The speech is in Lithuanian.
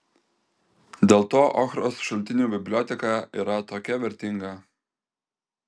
dėl to ochros šaltinių biblioteka yra tokia vertinga